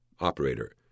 Operator